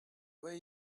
way